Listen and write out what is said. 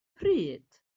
pryd